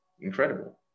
incredible